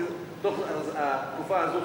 בתוך התקופה הזו,